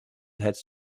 had